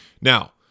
Now